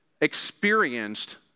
experienced